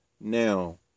now